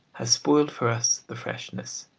has spoiled for us the freshness,